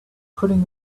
putting